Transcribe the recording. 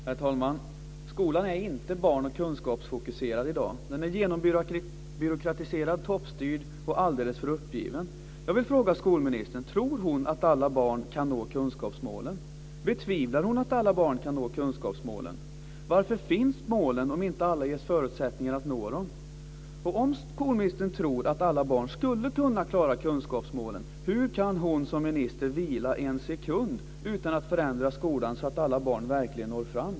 Herr talman! Skolan är inte barn och kunskapsfokuserad i dag. Den är genombyråkratiserad, toppstyrd och alldeles för uppgiven. Jag vill fråga skolministern om hon tror att alla barn kan nå kunskapsmålen. Betvivlar hon att alla barn kan nå kunskapsmålen. Varför finns målen om inte alla ges förutsättningar att nå dem? Om skolministern tror att alla barn skulle kunna klara kunskapsmålen, hur kan hon som minister vila en sekund utan att förändra skolan så att alla barn verkligen når fram?